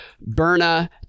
Berna